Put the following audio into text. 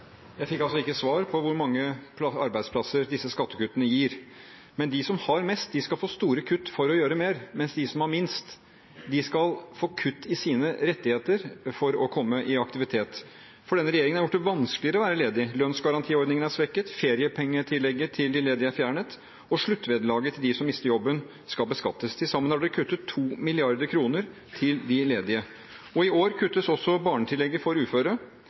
Jeg fikk ikke svar på hvor mange arbeidsplasser disse skattekuttene gir, men de som har mest, skal få store kutt for å gjøre mer, mens de som har minst, skal få kutt i sine rettigheter for å komme i aktivitet. Denne regjeringen har gjort det vanskeligere å være ledig: Lønnsgarantiordningen er svekket, feriepengetillegget til de ledige er fjernet, og sluttvederlaget til dem som mister jobben, skal beskattes. Til sammen har man kuttet 2 mrd. kr til de ledige. I år kuttes også barnetillegget for uføre.